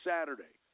Saturday